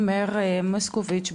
לתומר מוסקוביץ'.